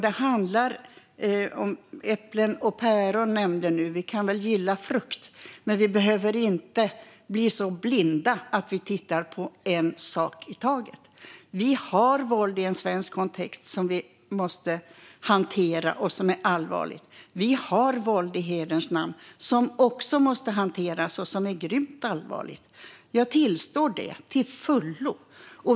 Det handlar om äpplen och päron, säger Louise Meijer. Vi kan väl gilla frukt. Men vi behöver inte bli så blinda att vi tittar på en sak i taget. Vi har i en svensk kontext våld som vi måste hantera och som är allvarligt. Vi har våld i hederns namn som också måste hanteras och som är grymt allvarligt. Jag tillstår det till fullo.